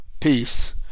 Peace